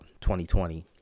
2020